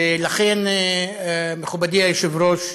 ולכן, מכובדי היושב-ראש,